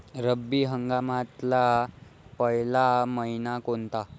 रब्बी हंगामातला पयला मइना कोनता?